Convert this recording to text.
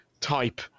type